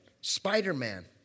Spider-Man